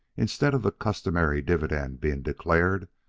instead of the customary dividend being declared,